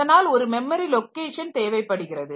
அதனால் ஒரு memory location தேவைப்படுகிறது